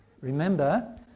Remember